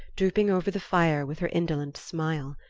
drooping over the fire with her indolent smile.